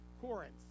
Corinth